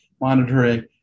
monitoring